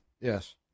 Yes